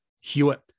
Hewitt